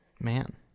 man